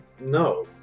No